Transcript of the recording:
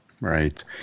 Right